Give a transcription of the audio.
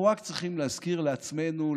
אנחנו רק צריכים להזכיר לעצמנו,